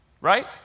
right